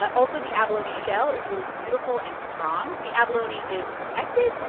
also the abalone shell is really beautiful and strong. the abalone is protected,